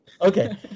Okay